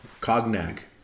Cognac